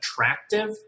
attractive